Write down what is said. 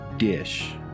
dish